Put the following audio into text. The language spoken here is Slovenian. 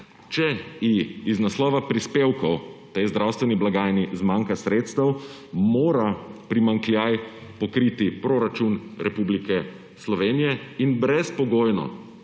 Če z naslova prispevkov tej zdravstveni blagajni zmanjka sredstev, mora primanjkljaj pokriti proračun Republike Slovenije in brezpogojno